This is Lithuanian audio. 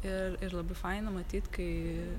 ir ir labai faina matyt kai